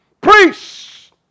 Priests